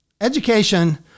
Education